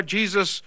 Jesus